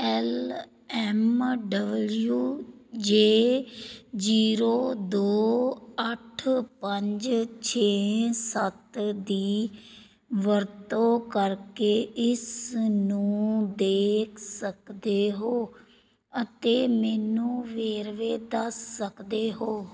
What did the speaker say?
L M W J zero ਦੋ ਅੱਠ ਪੰਜ ਛੇ ਸੱਤ ਦੀ ਵਰਤੋਂ ਕਰਕੇ ਇਸ ਨੂੰ ਦੇਖ ਸਕਦੇ ਹੋ ਅਤੇ ਮੈਨੂੰ ਵੇਰਵੇ ਦੱਸ ਸਕਦੇ ਹੋ